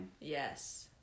Yes